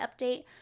update